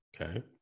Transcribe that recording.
okay